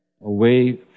away